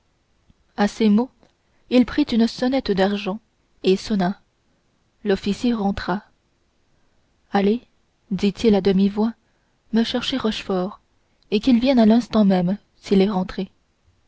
à ces mots il prit une sonnette d'argent et sonna l'officier rentra allez dit-il à demi-voix me chercher rochefort et qu'il vienne à l'instant même s'il est rentré